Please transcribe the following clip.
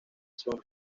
zona